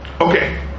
Okay